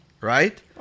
right